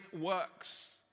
works